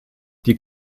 die